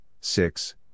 six